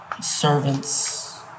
servants